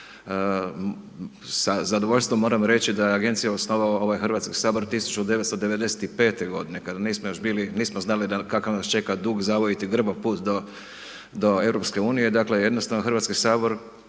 Sa zadovoljstvom moram reći da je agenciju osnovao ovaj HS 1995.g. kada još nismo znali kakav nas čeka dug zavojit i grbav put do EU. Dakle, jednostavno HS je